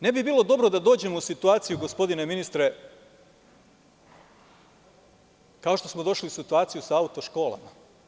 Ne bi bilo dobro da dođemo u situaciju, gospodine ministre, kao što smo došli u situaciju sa auto školama.